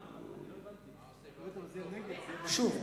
שוב,